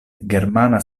germana